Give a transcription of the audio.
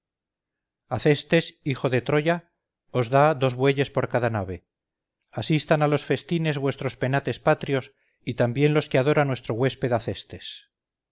acestes hijo de troya os da dos bueyes por cada nave asistan a los festines vuestros penates patrios y también los que adora nuestro huésped acestes